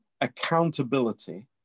accountability